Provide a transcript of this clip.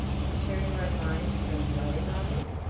to turn my mind from dwelling on it?